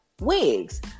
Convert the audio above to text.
wigs